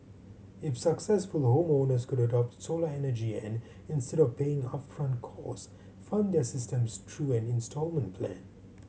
if successful homeowners could adopt solar energy and instead of paying upfront cost fund their systems through an instalment plan